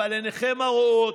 אבל עיניכם הרואות,